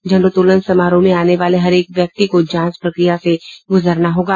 झण्डोत्तोलन समारोह में आने वाले हरेक व्यक्ति को जांच प्रक्रिया से गुजरना होगा